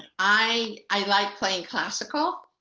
i i like playing classical.